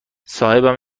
صاحبم